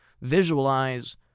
visualize